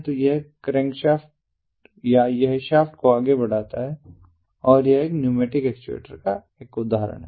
तो यह क्रैंकशाफ्ट या यह शाफ्ट आगे बढ़ेगा और यह एक न्यूमैटिक एक्चुएटर का एक उदाहरण है